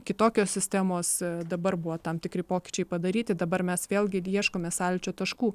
kitokios sistemos dabar buvo tam tikri pokyčiai padaryti dabar mes vėlgi ieškome sąlyčio taškų